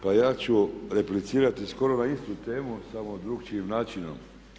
Pa ja ću replicirati skoro na istu temu samo drukčijim načinom.